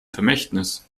vermächtnis